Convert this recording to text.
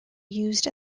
used